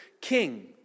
king